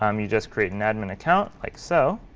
um you just create an admin account, like so.